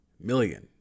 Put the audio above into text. million